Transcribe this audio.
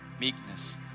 meekness